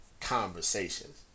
conversations